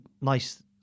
nice